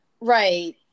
Right